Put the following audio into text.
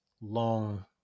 long